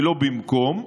ולא במקום,